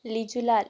Lijulal